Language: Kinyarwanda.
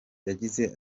yagize